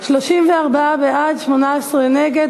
34 בעד, 18 נגד.